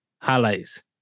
highlights